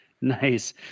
Nice